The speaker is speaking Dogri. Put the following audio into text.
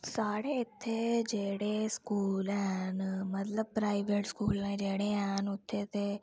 साढ़े इत्थै जेह्ड़े स्कूल हैन मतलब प्राइवेट स्कूल न जेह्ड़े हैन उत्थै ते